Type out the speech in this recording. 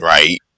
Right